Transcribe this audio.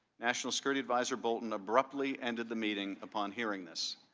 national security advisor bolton abruptly ended the meeting upon hearing this.